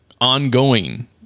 ongoing